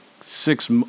six